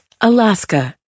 Alaska